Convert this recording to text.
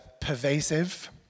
pervasive